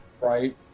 right